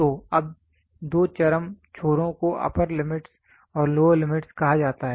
तो अब दो चरम छोरों को अप्पर लिमिटस् और लोअर लिमिटस् कहा जाता है